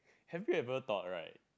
have you ever thought right